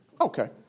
Okay